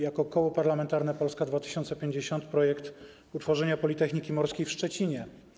Jako Koło Parlamentarne Polska 2050 z dumą poprzemy projekt utworzenia Politechniki Morskiej w Szczecinie.